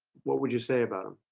what would you say about him?